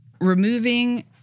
removing